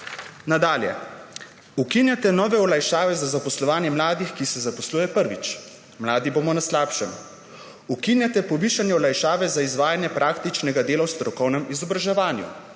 Nadalje. Ukinjate nove olajšave za zaposlovanje mladih, ki se zaposlujejo prvič. Mladi bomo na slabšem. Ukinjate povišanje olajšave za izvajanje praktičnega dela v strokovnem izobraževanju.